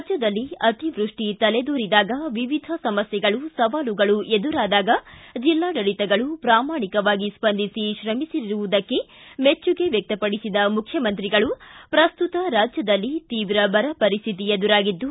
ರಾಜ್ಯದಲ್ಲಿ ಅತಿವೃಷ್ಷಿ ತಲೆದೋರಿದಾಗ ವಿವಿಧ ಸಮಮಸ್ಥೆಗಳು ಸವಾಲುಗಳು ಎದುರಾದಾಗ ಜಿಲ್ಲಾಡಳಿತಗಳು ಪ್ರಾಮಾಣಿಕವಾಗಿ ಸ್ವಂದಿಸಿ ಶ್ರಮಿಸಿರುವುದಕ್ಕೆ ಮೆಚ್ಚುಗೆ ವ್ಯಕ್ತಪಡಿಸಿದ ಮುಖ್ಯಮಂತ್ರಿಗಳು ಪ್ರಸ್ತುತ ರಾಜ್ಯದಲ್ಲಿ ತೀವ್ರ ಬರಪರಿಶ್ಠಿತಿ ಎದುರಾಗಿದ್ದು